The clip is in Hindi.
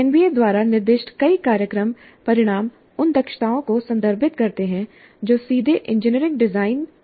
एनबीए द्वारा निर्दिष्ट कई कार्यक्रम परिणाम उन दक्षताओं को संदर्भित करते हैं जो सीधे इंजीनियरिंग डिजाइन से संबंधित हैं